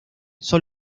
son